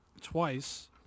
twice